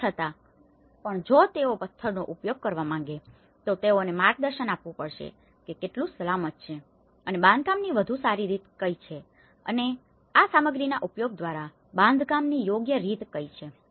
તેમ છતાં પણ જો તેઓ પથ્થરનો ઉપયોગ કરવા માંગે છે તો તેઓને માર્ગદર્શન આપવું પડશે કે તે કેટલું સલામત છે અને બાંધકામની વધુ સારી રીતો કઈ છે અને આ સામગ્રીના ઉપયોગ દ્વારા બાંધકામની યોગ્ય રીતો કઈ છે